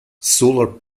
solar